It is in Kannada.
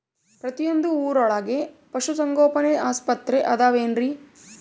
ಪ್ರತಿಯೊಂದು ಊರೊಳಗೆ ಪಶುಸಂಗೋಪನೆ ಆಸ್ಪತ್ರೆ ಅದವೇನ್ರಿ?